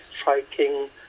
striking